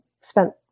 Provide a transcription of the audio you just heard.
spent